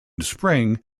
spring